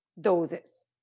doses